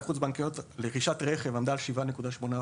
חוץ בנקאיות לרכישת רכב עמדה על 7.8%,